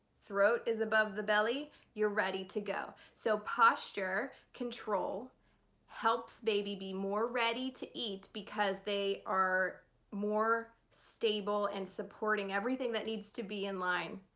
throat is above the belly, you're ready to go. so posture control helps baby be more ready to eat because they are more stable and supporting everything that needs to be in line.